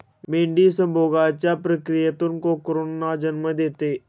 मेंढी संभोगाच्या प्रक्रियेतून कोकरूंना जन्म देते